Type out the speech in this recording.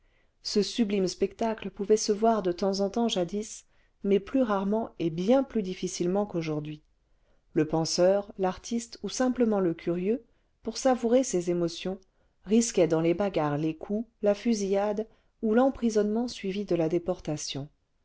ce sublime spectacle pouvait se voir de temps en temps jadis mais plus rarement et bien plus difficilement qu'aujourd'hui le penseur l'artiste ou simplement le curieux pour savourer ces émotions risquait dans les bagarres les coups la fusillade ou l'emprisonnement suivi de la déportation